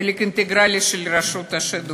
חלק אינטגרלי של רשות השידור.